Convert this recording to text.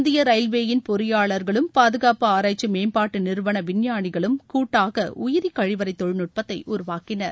இந்திய ரயில்வேயின் பொறியாளர்களும் பாதுகாப்பு ஆராய்ச்சி மேம்பாட்டு நிறுவன விஞ்ஞானிகளும் கூட்டாக உயிரி கழிவறை தொழில்நுட்பத்தை உருவாக்கினர்